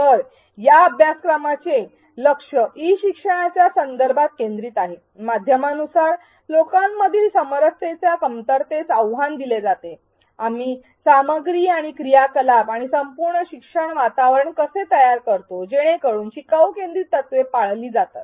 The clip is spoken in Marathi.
तर या अभ्यासक्रमाचे लक्ष ई शिक्षणाच्या संदर्भात केंद्रित आहे माध्यमानुसार लोकांमधील समरसतेच्या कमतरतेस आव्हान दिले जाते आम्ही सामग्री आणि क्रियाकलाप आणि संपूर्ण शिक्षण वातावरण कसे तयार करतो जेणेकरून शिकाऊ केंद्रीत तत्त्वे पाळली जातील